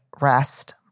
rest